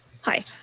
Hi